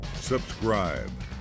subscribe